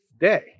day